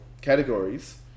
categories